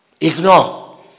Ignore